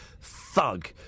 thug